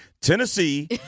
Tennessee